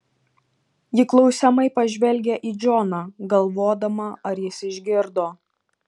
ji klausiamai pažvelgia į džoną galvodama ar jis išgirdo